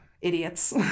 idiots